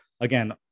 again